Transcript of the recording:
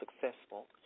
successful